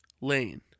Lane